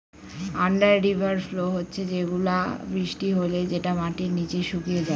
under river flow হচ্ছে সেগুলা বৃষ্টি হলে যেটা মাটির নিচে শুকিয়ে যায়